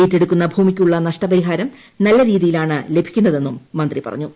ഏറ്റെടുക്കുക്കുക് ഭൂമിക്കുള്ള നഷ്ടപരിഹാരം നല്ല രീതിയിലാണ് ലഭിക്കുന്നതെന്നും ്മ്ന്ത്രി പറഞ്ഞു